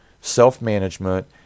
self-management